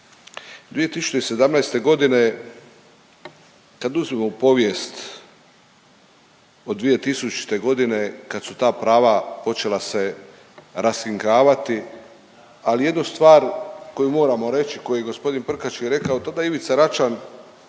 2017. godine kad uzmemo povijest od 2000. godine kad su ta prava počela se raskrinkavati, ali jednu stvar koju moramo reći, koju je gospodin Prkačin rekao to da je Ivica Račan